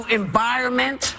environment